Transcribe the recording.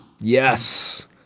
Yes